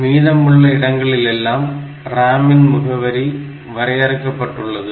மீதமுள்ள இடங்களிலெல்லாம் RAM இன் முகவரி வரையறுக்கப்பட்டுள்ளது